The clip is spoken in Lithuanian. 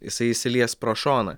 jisai išsilies pro šoną